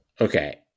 Okay